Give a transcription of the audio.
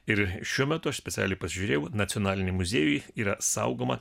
ir šiuo metu aš specialiai pasižiūrėjau nacionaliniam muziejuj yra saugoma